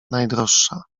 najdroższa